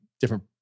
different